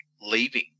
leaving